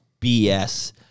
bs